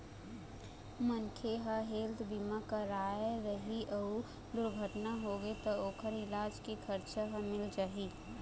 मनखे ह हेल्थ बीमा करवाए रही अउ दुरघटना होगे त ओखर इलाज के खरचा ह मिल जाही